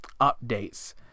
updates